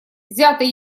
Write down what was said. взятое